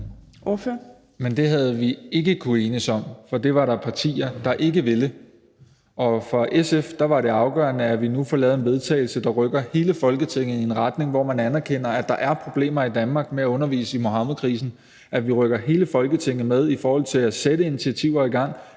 Men det havde vi ikke kunnet enes om, for det var der partier der ikke ville, og for SF var det afgørende nu at få lavet et forslag til vedtagelse, der rykker hele Folketinget i en retning, hvor man anerkender, at der er problemer i Danmark med at undervise i Muhammedkrisen; der rykker hele Folketinget med i forhold til at sætte initiativer i gang;